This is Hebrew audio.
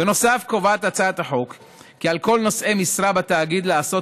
בנוסף קובעת הצעת החוק כי על נושאי משרה בתאגיד לעשות